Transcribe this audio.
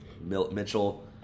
Mitchell